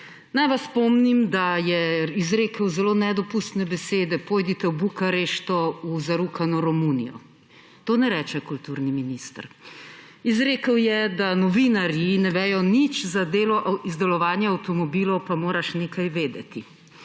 Naj vas spomnim, da je izrekel zelo nedopustne besede: »Pojdite v Bukarešto, v zarukano Romunijo.« Tega ne reče kulturni minister. Izrekel je, da »novinarji ne vejo nič, za delo izdelovanja avtomobilov pa moraš nekaj vedeti«.